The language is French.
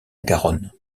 garonne